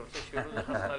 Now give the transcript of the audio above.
אתה רוצה שיורידו לך שכר לימוד?